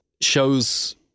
shows